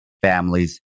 families